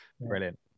brilliant